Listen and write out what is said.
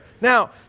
Now